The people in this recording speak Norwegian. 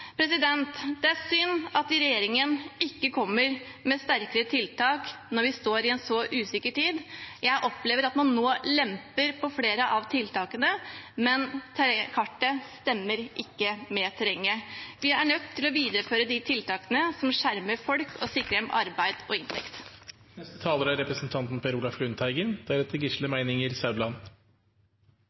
Det er synd at regjeringen ikke kommer med sterkere tiltak når vi står i en så usikker tid. Jeg opplever at man nå lemper på flere av tiltakene, men kartet stemmer ikke med terrenget. Vi er nødt til å videreføre de tiltakene som skjermer folk og sikrer dem arbeid og